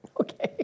Okay